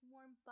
Warm